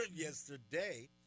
yesterday